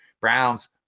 Browns